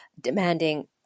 demanding